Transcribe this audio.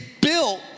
built